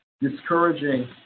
discouraging